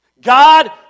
God